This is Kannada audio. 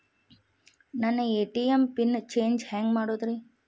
ನನ್ನ ಎ.ಟಿ.ಎಂ ಪಿನ್ ಚೇಂಜ್ ಹೆಂಗ್ ಮಾಡೋದ್ರಿ?